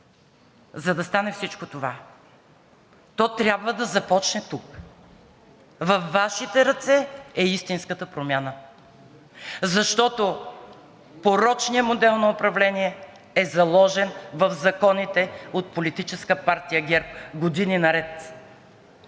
за да стане всичко това, то трябва да започне тук. Във Вашите ръце е истинската промяна, защото порочният модел на управление е заложен години наред в законите от Политическа партия ГЕРБ. Какво